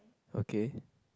okay